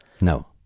No